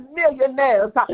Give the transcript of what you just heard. millionaires